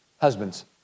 husbands